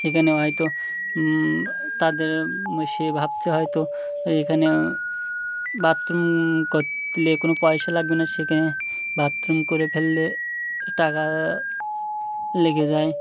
সেখানে হয়তো তাদের সে ভাবতে হয়তো এখানে বাথরুম করলে কোনো পয়সা লাগবে না সেখানে বাথরুম করে ফেললে টাকা লেগে যায়